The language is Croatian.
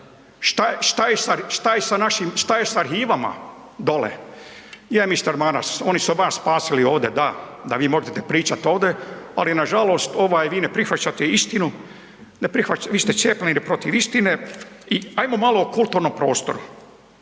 šta je sa našim, šta je s arhivama dole? Je mister Maras oni su vas spasili ovde da, da vi možete pričat ovde, ali nažalost ovaj vi ne prihvaćate istinu, ne prihvaćate, vi ste cijepljeni protiv istine. I ajmo malo o kulturnom prostoru.